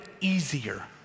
easier